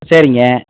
சரிங்க